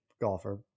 golfer